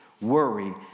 worry